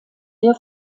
der